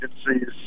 agencies